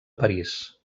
parís